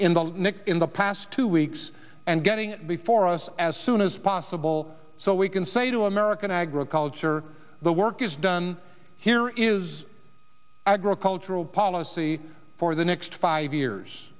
nick in the past two weeks and getting before us as soon as possible so we can say to american agriculture the work is done here is agricultural policy for the next five years